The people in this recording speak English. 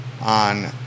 On